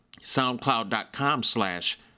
Soundcloud.com/slash